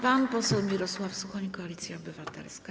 Pan poseł Mirosław Suchoń, Koalicja Obywatelska.